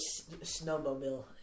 snowmobile